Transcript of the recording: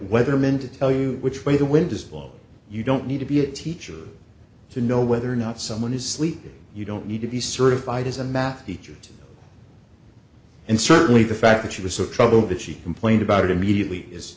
whether meant to tell you which way the wind does blow you don't need to be a teacher to know whether or not someone is sleepy you don't need to be certified as a math teacher and certainly the fact that she was so troubled that she complained about it immediately is